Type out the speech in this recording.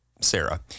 Sarah